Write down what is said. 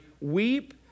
weep